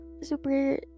super